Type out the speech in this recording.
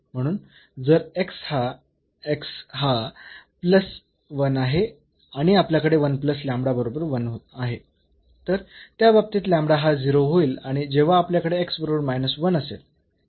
म्हणून जर हा हा आहे आणि आपल्याकडे बरोबर 1 आहे तर त्या बाबतीत हा 0 होईल आणि जेव्हा आपल्याकडे बरोबर असेल